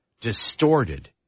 distorted